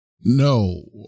no